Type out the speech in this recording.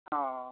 অঁ